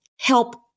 help